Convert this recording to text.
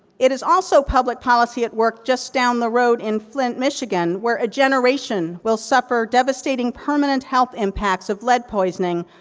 it is also public policy at work just down the road in flint, michigan, where a generation will suffer devastating permanent health impacts of lead poisoning,